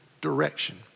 direction